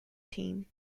team